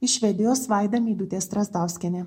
iš švedijos vaida meidutė strazdauskienė